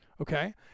Okay